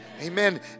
Amen